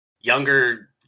younger